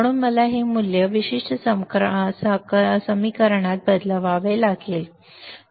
म्हणून मला हे मूल्य या विशिष्ट समीकरणात बदलावे लागेल